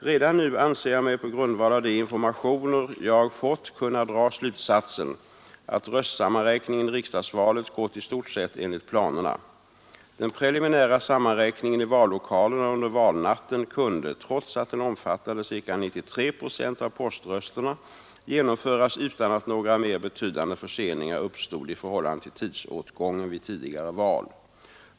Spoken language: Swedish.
Redan nu anser jag mig på grundval av de informationer jag fått kunna dra slutsatsen att röstsammanräkningen i riksdagsvalet gått i stort sett enligt planerna. Den preliminära sammanräkningen i vallokalerna under valnatten kunde, trots att den omfattade ca 93 procent av poströsterna, genomföras utan att några mer betydande förseningar uppstod i förhållande till tidsåtgången vid tidigare val.